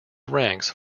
ranks